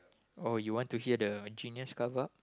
oh you want to hear the genius cover up